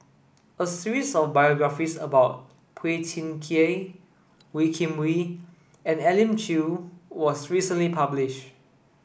a series of biographies about Phua Thin Kiay Wee Kim Wee and Elim Chew was recently publish